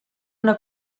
una